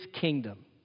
kingdom